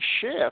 shift